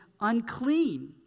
unclean